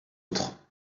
vôtres